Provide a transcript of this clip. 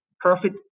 profit